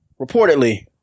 reportedly